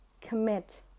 commit